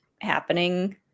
happening